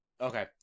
Okay